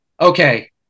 okay